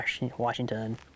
Washington